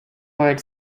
word